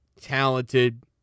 talented